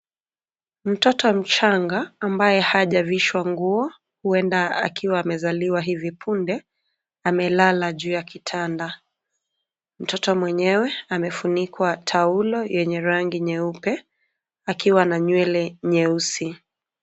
Mtoto mchanga ambaye hajavishwa nguo, huenda akiwa amezaliwa hivi punde, amelala juu ya kitanda, mtoto mwenyewe amefunikwa taulo yenye rangi nyeupe, akiwa na nywele nyeusi.